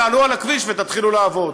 תעלו על הכביש ותתחילו לעבוד,